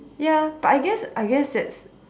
ya but I guess I guess that's